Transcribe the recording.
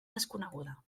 desconeguda